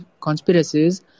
conspiracies